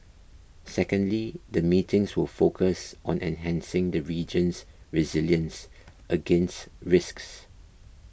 secondly the meetings will focus on enhancing the region's resilience against risks